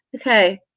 Okay